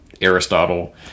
aristotle